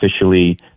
officially